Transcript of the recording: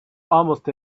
almost